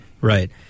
Right